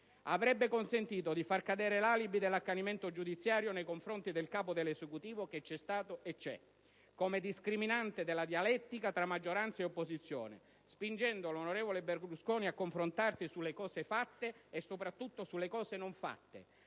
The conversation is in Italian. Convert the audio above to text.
Avrebbe consentito di far cadere l'alibi dell'accanimento giudiziario nei confronti del Capo dell'Esecutivo - che c'è stato e c'è - come discriminante della dialettica tra maggioranza ed opposizione, spingendo l'onorevole Berlusconi a confrontarsi sulle cose fatte e, soprattutto, sulle cose non fatte,